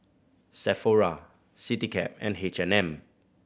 Sephora Citycab and H and M